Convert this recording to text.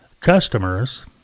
customers